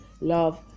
Love